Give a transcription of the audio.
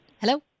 Hello